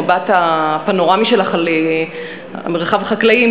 המבט הפנורמי שלך על המרחב החקלאי,